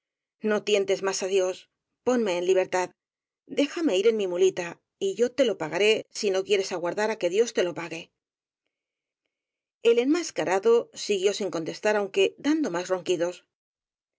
buscándome no tientes más á dios ponme en libertad déjame ir en mi mulita y yo te lo pagaré si no quieres aguardar á que dios te lo pague el enmascarado siguió sin contestar aunque dando más ronquidos